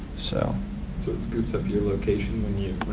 so so it scoops up your location when you